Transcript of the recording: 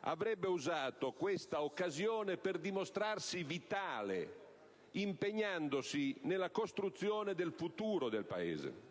avrebbe usato questa occasione per dimostrarsi vitale, impegnandosi nella costruzione del futuro del Paese: